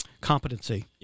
competency